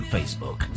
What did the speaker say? Facebook